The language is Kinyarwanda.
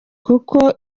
kuko